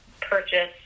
purchase